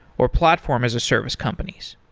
or platform as a service companies.